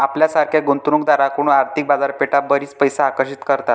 आपल्यासारख्या गुंतवणूक दारांकडून आर्थिक बाजारपेठा बरीच पैसे आकर्षित करतात